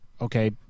Okay